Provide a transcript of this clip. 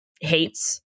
hates